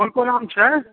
कोन कोन आम छै